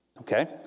Okay